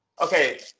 Okay